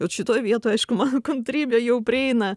vat šitoj vietoj aišku mano kantrybė jau prieina